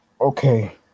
okay